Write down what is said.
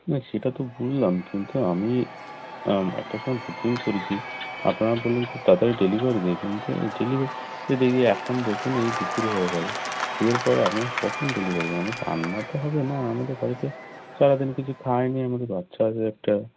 না সেটা তো বুঝলাম কিন্তু আমি একটার সময় বুকিং সরেছি আপনারা বললেন খুব তাড়াতাড়ি ডেলিভারি দিয়ে দেবেন তা ডেলিভারি দিতে গিয়ে এখন দেখুন এই দুপুর হয়ে গেল এরপরে আপনারা কখন ডেলিভারি দেবেন রান্না তো হবে না আমাদের বাড়িতে সারাদিন কিছু খায় নি আমাদের বাচ্চা আছে একটা